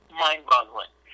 mind-boggling